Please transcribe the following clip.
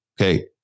Okay